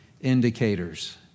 indicators